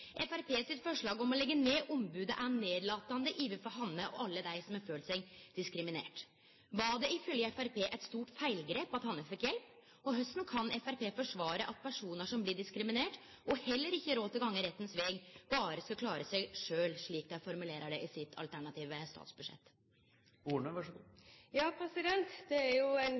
Framstegspartiet sitt forslag om å leggje ned ombodet er nedlatande overfor Hanne og alle dei som har følt seg diskriminerte. Var det ifølgje Framstegspartiet eit stort feilgrep at Hanne fekk hjelp? Korleis kan Framstegspartiet forsvare at personar som blir diskriminerte og heller ikkje har råd til å gå rettens veg, berre skal klare seg sjølve, slik dei formulerer seg i alternativt statsbudsjett? Det er jo en